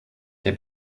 der